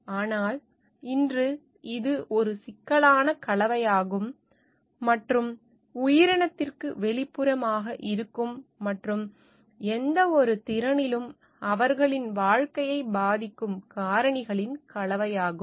ஆனால் இன்று இது ஒரு சிக்கலான கலவையாகும் மற்றும் உயிரினத்திற்கு வெளிப்புறமாக இருக்கும் மற்றும் எந்தவொரு திறனிலும் அவர்களின் வாழ்க்கையை பாதிக்கும் காரணிகளின் கலவையாகும்